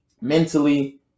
mentally